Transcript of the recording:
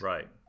Right